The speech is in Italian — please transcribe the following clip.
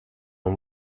non